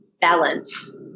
balance